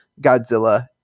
Godzilla